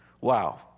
Wow